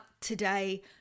today